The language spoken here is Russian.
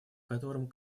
котором